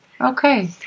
Okay